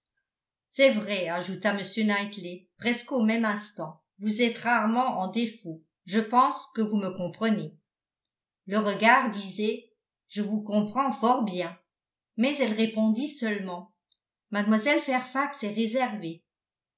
c'est vrai ajouta m knightley presque au même instant vous êtes rarement en défaut je pense que vous me comprenez le regard disait je vous comprends fort bien mais elle répondit seulement mlle fairfax est réservée